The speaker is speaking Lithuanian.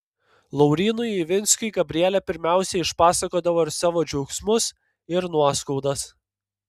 laurynui ivinskiui gabrielė pirmiausia išpasakodavo ir savo džiaugsmus ir nuoskaudas